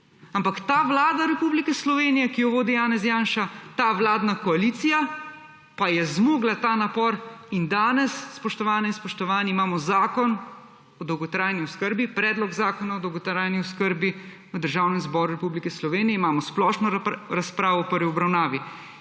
Ampak ta vlada Republike Slovenije, ki jo vodi Janez Janša, ta vladna koalicija pa je zmogla ta napor in danes, spoštovane in spoštovani, imamo zakon o dolgotrajni oskrbi, Predlog zakona o dolgotrajni oskrbi, v Državnem zboru Republike Slovenije. Imamo splošno razpravo v prvi obravnavi.